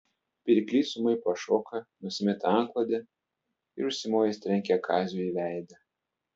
pirklys ūmai pašoka nusimeta antklodę ir užsimojęs trenkia kaziui į veidą